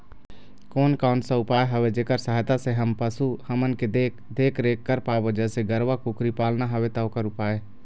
कोन कौन सा उपाय हवे जेकर सहायता से हम पशु हमन के देख देख रेख कर पाबो जैसे गरवा कुकरी पालना हवे ता ओकर उपाय?